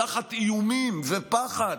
תחת איומים ופחד,